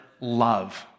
love